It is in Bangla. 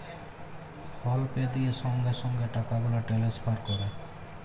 ফল পে দিঁয়ে সঙ্গে সঙ্গে টাকা গুলা টেলেসফার ক্যরে